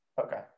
Okay